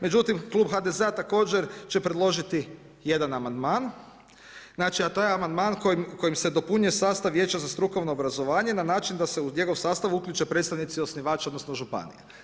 Međutim, klub HDZ-a također će predložiti jedan amandman, znači a to je amandman kojim se dopunjuje sastav Vijeća za strukovno obrazovanje na način da se u njegov sastav uključe predstavnici osnivača, odnosno županija.